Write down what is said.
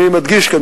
אני מדגיש כאן,